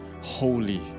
holy